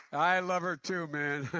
i love her to, man.